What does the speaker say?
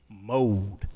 Mode